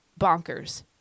bonkers